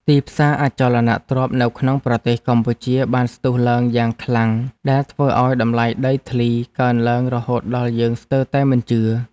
ទីផ្សារអចលនទ្រព្យនៅក្នុងប្រទេសកម្ពុជាបានស្ទុះឡើងយ៉ាងខ្លាំងដែលធ្វើឱ្យតម្លៃដីធ្លីកើនឡើងរហូតដល់យើងស្ទើរតែមិនជឿ។